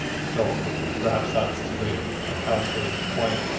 so perhaps that's to the ah councillor's point.